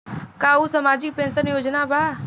का उ सामाजिक पेंशन योजना बा?